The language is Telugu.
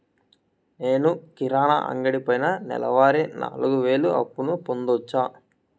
నేను కిరాణా అంగడి పైన నెలవారి నాలుగు వేలు అప్పును పొందొచ్చా?